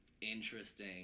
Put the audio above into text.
Interesting